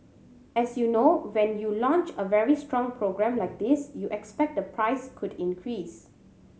as you know when you launch a very strong program like this you expect the price could increase